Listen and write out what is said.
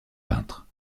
peintre